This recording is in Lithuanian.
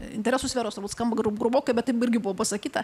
interesų sferos turbūt skamba gru grubokai bet taip irgi buvo pasakyta